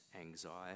anxiety